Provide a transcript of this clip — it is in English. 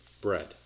Bread